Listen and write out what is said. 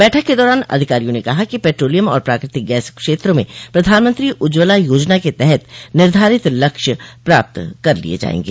बैठक के दौरान अधिकारियों ने कहा कि पेट्रोलियम और प्राकृतिक गैस क्षेत्र में प्रधानमंत्री उज्ज्वला योजना के तहत निर्धारित लक्ष्य प्राप्त कर लिए जाएंगे